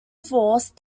force